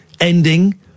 ending